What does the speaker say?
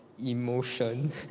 emotion